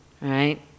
right